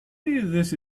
this